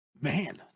Man